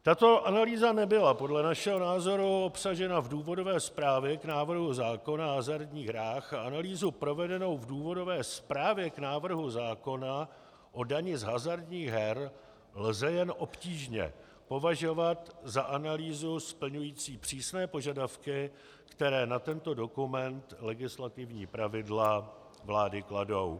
Tato analýza nebyla podle našeho názoru obsažena v důvodové zprávě k návrhu zákona o hazardních hrách a analýzu provedenou v důvodové zprávě k návrhu zákona o dani z hazardních her lze jen obtížně považovat za analýzu splňující přísné požadavky, které na tento dokument legislativní pravidla vlády kladou.